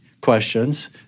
questions